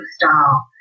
style